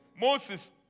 Moses